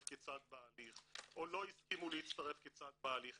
כצד בהליך או לא הסכימו להצטרף כצד בהליך,